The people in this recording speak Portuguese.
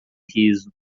riso